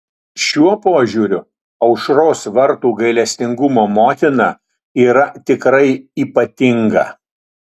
šiuo požiūriu aušros vartų gailestingumo motina yra tikrai ypatinga